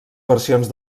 versions